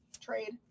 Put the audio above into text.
Trade